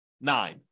nine